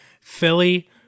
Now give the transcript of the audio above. Philly